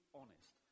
honest